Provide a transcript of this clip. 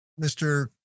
Mr